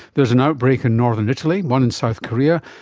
there is an outbreak in northern italy, one in south korea,